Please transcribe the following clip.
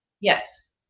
Yes